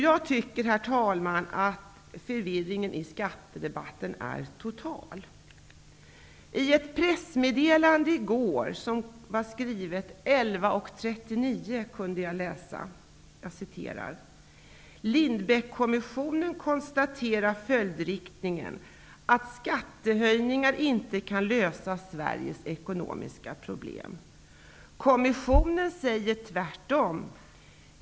Jag tycker, herr talman, att förvirringen när det gäller skattedebatten är total. 11.39, läste jag att Lindbeckkommissionen konstaterar följdriktigt att skattehöjningar inte kan lösa Sveriges ekonomiska problem. Kommissionen säger tvärtom.